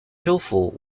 州府